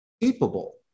capable